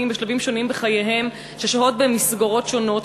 בשלבים שונים בחייהן ששוהות במסגרות שונות,